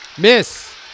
Miss